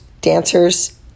dancers